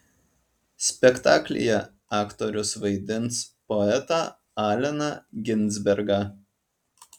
spektaklyje aktorius vaidins poetą alleną ginsbergą